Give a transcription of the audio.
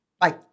Bye